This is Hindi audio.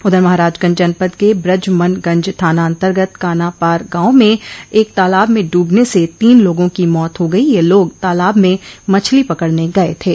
उधर महराजगंज जनपद के ब्रज मन गंज थाना अन्तर्गत कानापार गांव में एक तालाब में ड्रबने से तीन लोगों की मौत हो गयी ये लोग तालाब में मछली पकड़ने गये थे